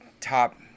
top